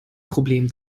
problem